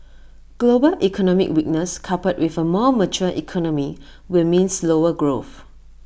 global economic weakness coupled with A more mature economy will mean slower growth